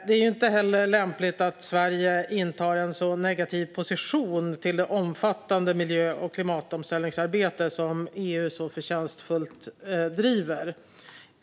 Det är inte heller lämpligt att Sverige intar en så negativ position till det omfattande miljö och klimatomställningsarbete som EU så förtjänstfullt driver.